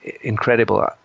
incredible